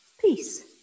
Peace